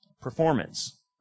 performance